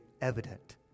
evident